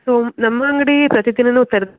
so ನಮ್ಮ ಅಂಗಡಿ ಪ್ರತಿ ದಿನಾನು ತೆರದಿ